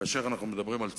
כאשר אנחנו מדברים על צמיחה,